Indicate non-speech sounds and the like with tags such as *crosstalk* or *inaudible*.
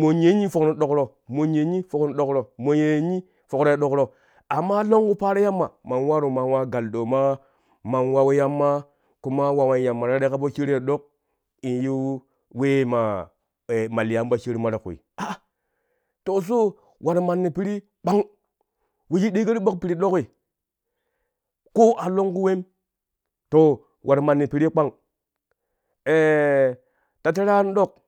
monyi yenni fok ni dokro monyi yenni fok ni ɗokro mon ye yenni fokro ɗokro amma longku paaro yamma man waru man wa gal ɗooma man wau yamma kuma wawan yamma tere ka po shaari ye ɗok in yiu wee maa ma loyan po shaarima ti kwi to so war manni piri kpang wejo ɗecƙo ti piri ɗoki koo a longku wem to war manni pirii kpnag *hesitation* ta tɛrɛ an dok min